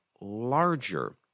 larger